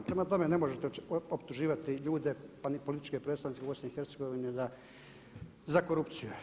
Prema tome ne možete optuživati ljude pa ni političke predstavnike u BiH za korupciju.